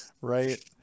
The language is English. right